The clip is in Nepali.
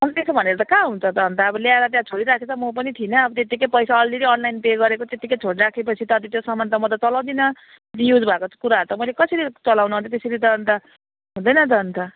अनि त्यसो भनेर त कहाँ हुन्छ त अन्त अब ल्याएर त्यहाँ छोडी राखेछ म पनि थिइन अब त्यतिकै पैसा अलरेडी अनलाइन पे गरेको त्यतिकै छोडी राखेपछि त अनि त्यो सामान त म चलाउदिन युज भएको कुराहरू त मैले कसरी चलाउनु अनि त्यसरी त अन्त हुँदैन त अन्त